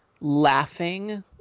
laughing